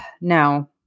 no